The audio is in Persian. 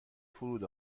فرود